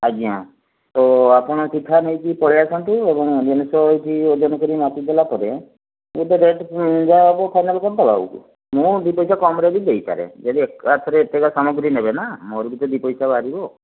ଆଜ୍ଞା ହେଉ ଆପଣ ଚିଠା ନେଇକି ପଳେଇ ଆସନ୍ତୁ ଏବଂ ଜିନିଷ ହେଉଛି ଓଜନ କରି ମାପିଦେଲା ପରେ କେତେ ରେଟ୍ ଯାହା ହେବ ଫାଇନାଲ୍ କରିଦେବା ଆଉ ମୁଁ ଦୁଇପଇସା କମରେ ବି ଦେଇପାରେ ଯଦି ଏକାଥରେ ଏତେକ ସାମଗ୍ରୀ ନେବେ ନା ମୋର ବି ତ ଦୁଇପଇସା ବାହାରିବ